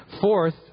fourth